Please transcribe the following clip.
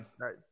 right